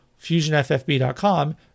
FusionFFB.com